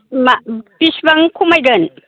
मा बेसेबां खमायगोन